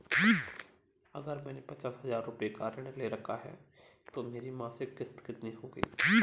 अगर मैंने पचास हज़ार रूपये का ऋण ले रखा है तो मेरी मासिक किश्त कितनी होगी?